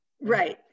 Right